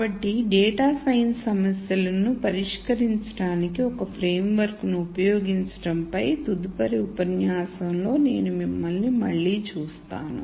కాబట్టి data science సమస్యలను పరిష్కరించడానికి ఒక ఫ్రేమ్వర్క్ను ఉపయోగించడంపై తదుపరి ఉపన్యాసంలో నేను మిమ్మల్ని మళ్ళీ చూస్తాను